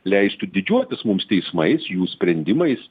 leistų didžiuotis mums teismais jų sprendimais